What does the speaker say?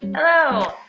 hello!